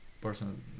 person